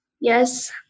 Yes